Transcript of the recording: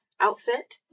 outfit